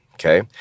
Okay